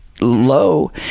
low